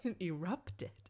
erupted